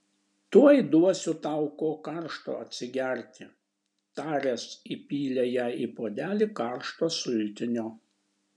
tuoj duosiu tau ko karšto atsigerti taręs įpylė jai į puodelį karšto sultinio